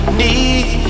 need